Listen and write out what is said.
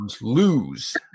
lose